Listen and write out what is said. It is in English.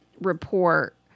report